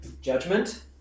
judgment